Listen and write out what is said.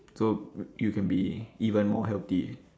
so you can be even more healthy